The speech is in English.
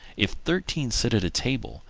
if thirteen sit at table,